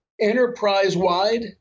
enterprise-wide